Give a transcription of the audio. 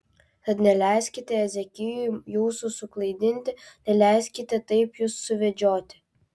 tad neleiskite ezekijui jūsų suklaidinti neleiskite taip jus suvedžioti